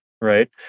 right